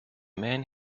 main